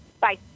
Bye